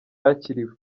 yakiriwe